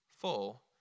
full